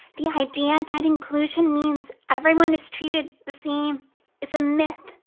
the idea that inclusion means everyone is treated the same is a myth,